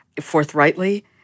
forthrightly